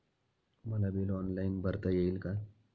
मला bill online भरता येईल का?